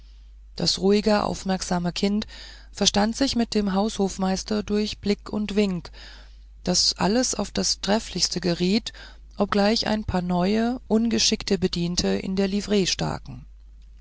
das ruhig aufmerksame kind verstand sich mit dem haushofmeister durch blick und wink daß alles auf das trefflichste geriet obgleich ein paar neue ungeschickte bedienten in der livree staken